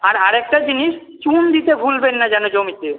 আর আর একটা জিনিস চুন দিতে ভুলবেন না যেন জমিতে